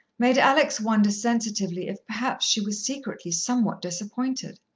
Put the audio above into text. made alex wonder sensitively if, perhaps, she were secretly somewhat disappointed.